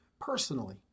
personally